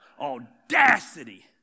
Audacity